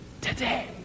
today